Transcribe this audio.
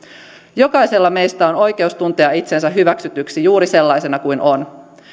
jokaisella meistä on oikeus tuntea itsensä hyväksytyksi juuri sellaisena kuin on